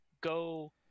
go